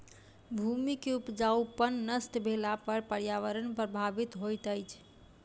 भूमि के उपजाऊपन नष्ट भेला पर पर्यावरण प्रभावित होइत अछि